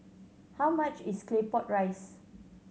how much is Claypot Rice